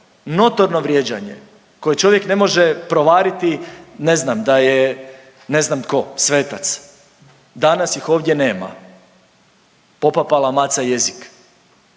notorno vrijeđanje koje čovjek ne može provariti ne znam da je ne znam tko, svetac. Danas ih ovdje nema, popapala maca jezik